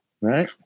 Right